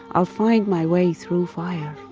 i'll find my way through fire